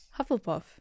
Hufflepuff